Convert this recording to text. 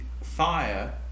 fire